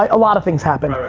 like a lot of things happened.